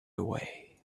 away